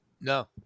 No